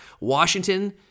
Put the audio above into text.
Washington